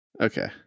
Okay